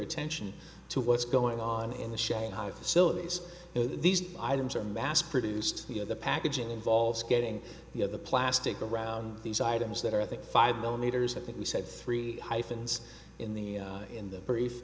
attention to what's going on in the shanghai facilities these items are mass produced you know the packaging involves getting you know the plastic around these items that are i think five millimeters i think we said three hyphens in the in the br